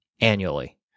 annually